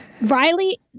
Riley